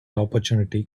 opportunity